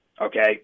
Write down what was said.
Okay